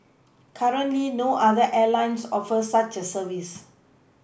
currently no other Airlines offer such a service